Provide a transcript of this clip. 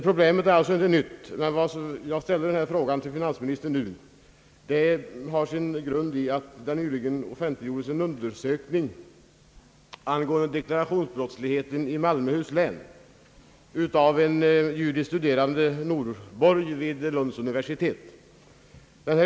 Problemet är alltså inte nytt, men att jag nu ställer denna fråga till finansministern har sin grund i att det nyligen offentliggjordes en undersökning angående deklarationsbrottsligheten i Malmöhus län, utförd av en juris studerande Norborg vid Lunds universitet.